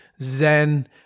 zen